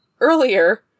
earlier